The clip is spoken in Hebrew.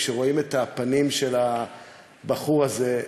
כשרואים את הפנים של הבחור הזה,